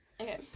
Okay